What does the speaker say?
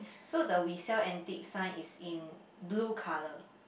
so the we sell antique sign is in blue colour